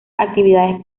actividades